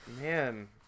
Man